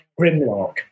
Grimlock